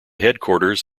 headquarters